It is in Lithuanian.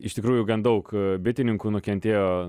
iš tikrųjų gan daug bitininkų nukentėjo